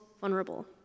vulnerable